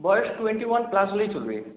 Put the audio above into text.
বয়স twenty one plus হলেই চলবে